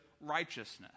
righteousness